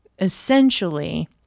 essentially